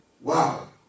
Wow